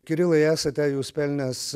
kirilai esate jūs pelnęs